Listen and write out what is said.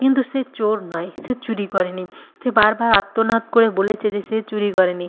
কিন্তু সে চোর নয় সে চুরি করেনি সে বারবার আর্তনাদ করে বলেছে যে সে চুরি করেনি